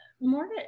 More